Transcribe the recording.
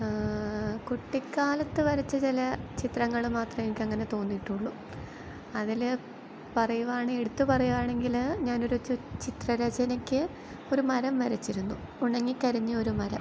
കുട്ടിക്കാലത്ത് വരച്ച ചില ചിത്രങ്ങള് മാത്രമേ എനിയ്ക്കങ്ങനെ തോന്നീട്ടുള്ളൂ അതിൽ പറയുവാണെ എടുത്ത് പറയുവാണെങ്കിൽ ഞാനൊരു ചി ചിത്ര രചനക്ക് ഒരു മരം വരച്ചിരുന്നു ഉണങ്ങി കരിഞ്ഞ ഒരു മരം